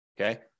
Okay